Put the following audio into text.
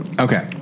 Okay